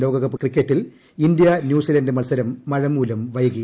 C ലോകകപ്പ് ക്രിക്കറ്റിൽ India New Zealand മത്സരം മഴമൂലം വൈകി